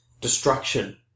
destruction